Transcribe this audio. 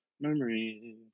Memories